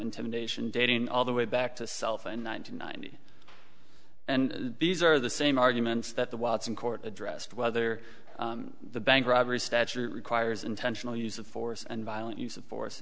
intimidation dating all the way back to self and ninety nine and b s are the same arguments that the watson court addressed whether the bank robbery statute requires intentional use of force and violent use of force